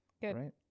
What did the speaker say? good